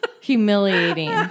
Humiliating